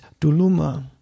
Duluma